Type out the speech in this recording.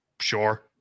Sure